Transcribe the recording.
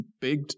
big